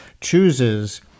chooses